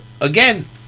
again